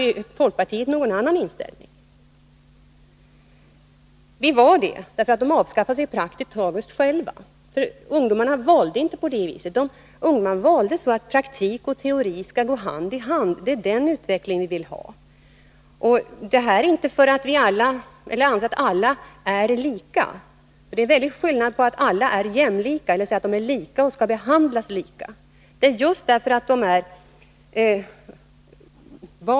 Hade folkpartiet någon annan inställning? Vi var överens om det, och de avskaffade sig dessutom praktiskt taget själva. Ungdomarna valde inte den typen av linjer. Ungdomarna önskade en utbildning där praktik och teori skall gå hand i hand. Det är också den utvecklingen vi vill ha. Det beror inte på att vi anser att alla elever är lika. Det är nämligen mycket stor skillnad på att utgå från att alla är jämlika, dvs. skall ha samma möjligheter, och att utgå från att alla är lika.